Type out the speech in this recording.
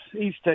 East